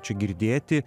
čia girdėti